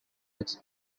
its